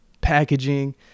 packaging